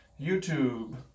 YouTube